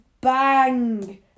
bang